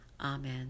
Amen